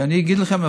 שאני אגיד לכם,